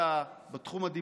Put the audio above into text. בתחום הדיפלומטי,